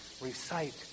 recite